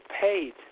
paid